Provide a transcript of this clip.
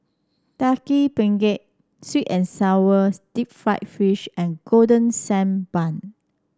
Daging Penyet sweet and sour Deep Fried Fish and Golden Sand Bun